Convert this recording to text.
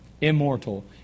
immortal